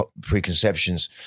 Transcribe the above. preconceptions